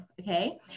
okay